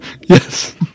yes